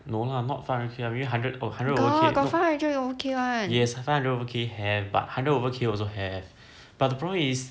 no lah not five hundred K maybe like hundred or hundred over K yes five hundred K have but hundred over K also have but the problem is